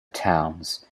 towns